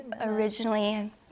originally